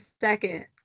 second